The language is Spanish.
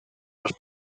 los